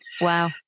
Wow